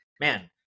man